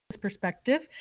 perspective